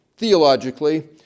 Theologically